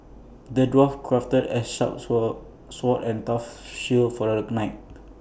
the dwarf crafted A sharp sword sword and tough shield for the knight